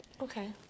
Okay